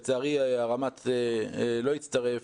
לצערי, ראש המטה לא הצטרף